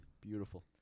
Beautiful